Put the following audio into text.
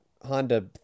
Honda